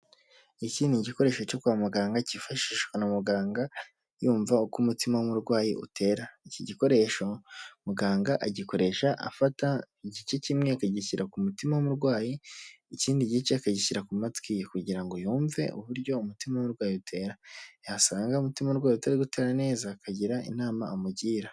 Iki ni igikoresho cyo kwa muganga cyifashishwa na muganga yumva uko umutima w'umurwayi utera ,iki gikoresho muganga agikoresha afata igice kimwe akagishyira ku mutima w'umurwayi ikindi gice akagishyira ku matwi kugira ngo yumve uburyo umutima urwaye utera yasanga umutima urwaye utari gutera neza akagira inama amugira.